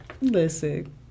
listen